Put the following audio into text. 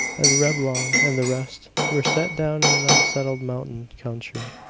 and reblong and the rest were set down in an unsettled mountain country,